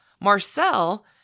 Marcel